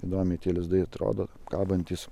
įdomiai tie lizdai atrodo kabantys